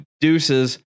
deuces